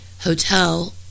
hotel